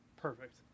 Perfect